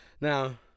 Now